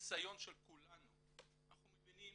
מהניסיון של כולנו, אנחנו מבינים